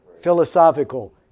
philosophical